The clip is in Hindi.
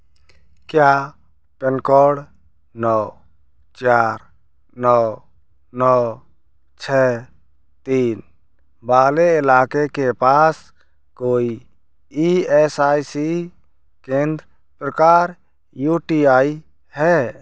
क्या पिन कोड नौ चार नौ नौ छः तीन वाले इलाके के पास कोई ई एस आई सी केंद्र प्रकार यू टी आई है